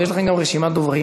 ויש לכם גם רשימת דוברים.